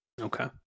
Okay